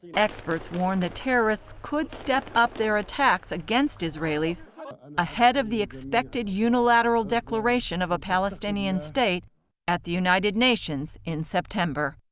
experts warn that terrorists could step up their attacks against israelis ahead of the expected unilateral declaration of a palestinian state at the united nations in september.